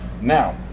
Now